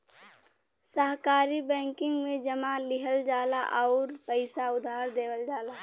सहकारी बैंकिंग में जमा लिहल जाला आउर पइसा उधार देवल जाला